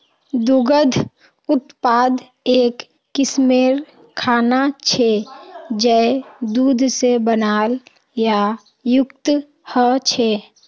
दुग्ध उत्पाद एक किस्मेर खाना छे जये दूध से बनाल या युक्त ह छे